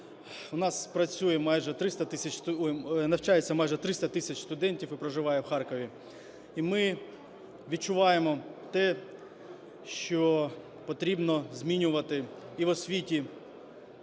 майже… навчається майже 300 тисяч студентів і проживає в Харкові. І ми відчуваємо те, що потрібно змінювати і в освіті,